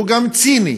הוא גם ציני.